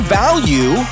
value